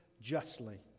justly